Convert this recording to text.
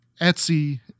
Etsy